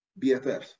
BFFs